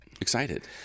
excited